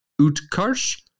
Utkarsh